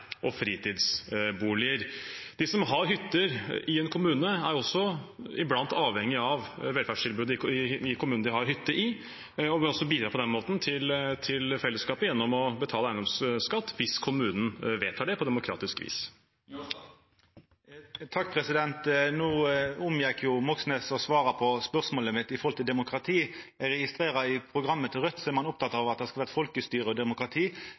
og fritidsboliger. De som har hytte i en kommune, er også iblant avhengig av velferdstilbudet i kommunen de har hytte i, og bør da også bidra til fellesskapet, gjennom å betale eiendomsskatt hvis kommunen vedtar det, på demokratisk vis. No omgjekk Moxnes å svara på spørsmålet mitt om demokrati. Eg registrerer at ein i programmet til Raudt er oppteken av at det skal vera folkestyre og demokrati.